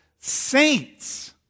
saints